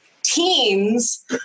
teens